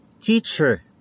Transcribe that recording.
Teacher